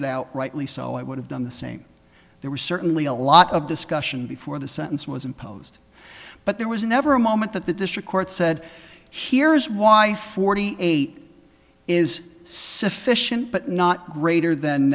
it out rightly so i would have done the same there was certainly a lot of discussion before the sentence was imposed but there was never a moment that the district court said here's why forty eight is sufficient but not greater than